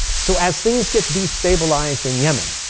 so as things get destabilized in yemen.